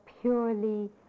purely